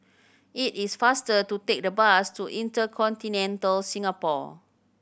it is faster to take the bus to InterContinental Singapore